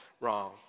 wrong